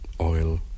oil